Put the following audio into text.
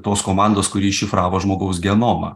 tos komandos kuri iššifravo žmogaus genomą